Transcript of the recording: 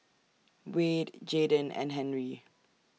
Wayde Jaiden and Henri